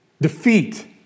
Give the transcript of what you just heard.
defeat